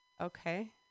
Okay